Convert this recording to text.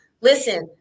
Listen